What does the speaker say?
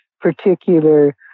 particular